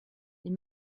les